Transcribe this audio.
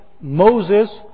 Moses